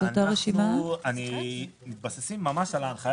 אותה רשימה תפורסם גם באתר רשות המסים,